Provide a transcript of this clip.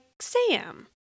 Sam